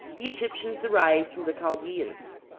the egyptians derived from the chaldeans.